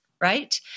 Right